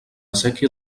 séquia